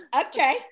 Okay